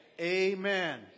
amen